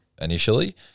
initially